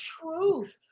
truth